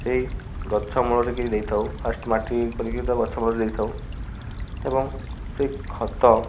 ସେଇ ଗଛ ମୂଳରେ କିନି ଦେଇଥାଉ ଫାଷ୍ଟ ମାଟି କରିକି ତା ଗଛ ମୂଳରେ ଦେଇଥାଉ ଏବଂ ସେ ଖତ